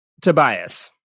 Tobias